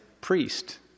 priest